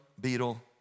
beetle